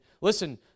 listen